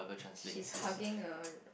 she's hugging a